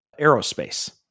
aerospace